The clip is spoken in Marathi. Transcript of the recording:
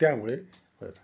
त्यामुळे बरं ठीक